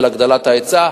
של הגדלת ההיצע,